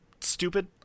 stupid